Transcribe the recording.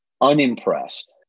unimpressed